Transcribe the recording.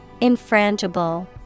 Infrangible